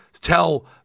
tell